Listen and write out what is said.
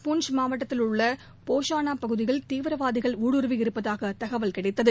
பூஞ்ச் மாவட்டத்திலுள்ள போஷானா பகுதியில் தீவிரவாதிகள் ஊடுருவி இருப்பதாக தகவல் கிடைத்தது